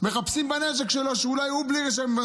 מחפשים בנשק שלו שאולי הוא בלי רישיון.